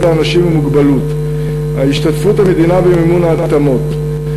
לאנשים עם מוגבלות (השתתפות המדינה במימון התאמות),